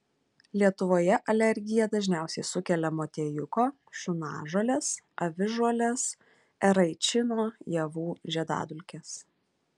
lietuvoje alergiją dažniausiai sukelia motiejuko šunažolės avižuolės eraičino javų žiedadulkės